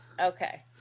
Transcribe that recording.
Okay